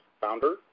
founder